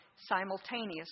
Simultaneously